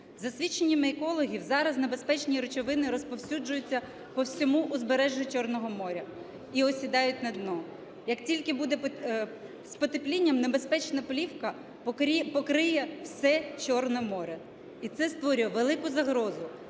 За свідченнями екологів зараз небезпечні речовини розповсюджуються по всьому узбережжю Чорного моря і осідають на дно. Як тільки буде… З потеплінням небезпечна плівка покриє все Чорне море, і це створює велику загрозу